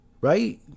right